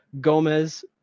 Gomez